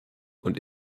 und